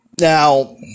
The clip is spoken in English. Now